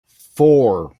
four